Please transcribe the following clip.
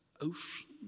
ocean